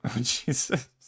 Jesus